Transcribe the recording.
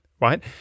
right